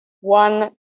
one